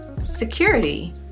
security